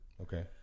okay